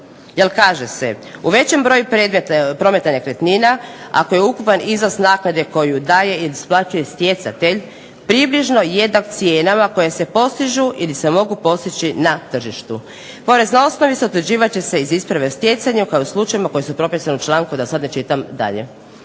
Jer kaže se u većem broju predmeta prometa nekretnina, ako je ukupan iznos naknade koju daje ili isplaćuje stjecatelj, približno jednak cijenama koje se postižu ili se mogu postići na tržištu. Porezna osnovica utvrđivat će se iz isprave stjecanja kao u slučajevima koji su propisani, da sad ne čitam dalje.